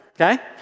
okay